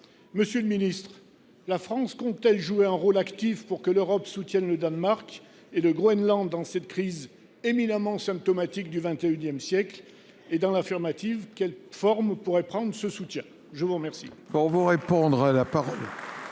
Monsieur le ministre, la France compte t elle jouer un rôle actif pour que l’Europe soutienne le Danemark et le Groenland dans cette crise éminemment symptomatique du XXI siècle ? Dans l’affirmative, quelle forme prendrait ce soutien ? La parole